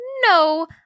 no